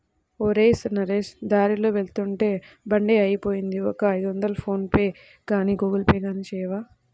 ఒరేయ్ నరేష్ దారిలో వెళ్తుంటే బండి ఆగిపోయింది ఒక ఐదొందలు ఫోన్ పేగానీ గూగుల్ పే గానీ చేయవా